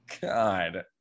god